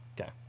Okay